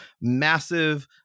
massive